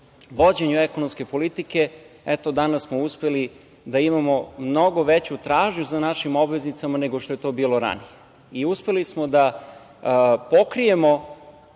vođenju ekonomske politike, danas smo uspeli da imamo mnogo veću tražnju za našim obveznicama nego što je to bilo ranije. Uspeli smo da pokrijemo